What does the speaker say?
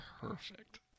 Perfect